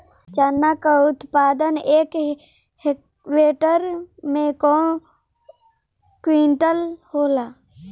चना क उत्पादन एक हेक्टेयर में कव क्विंटल होला?